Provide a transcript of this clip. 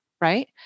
right